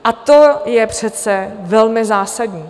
A to je přece velmi zásadní.